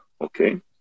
Okay